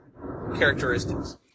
characteristics